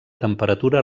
temperatura